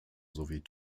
sowie